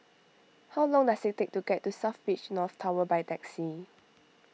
how long does it take to get to South Beach North Tower by taxi